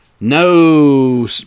No